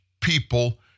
people